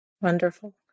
Wonderful